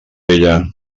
ella